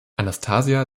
anastasia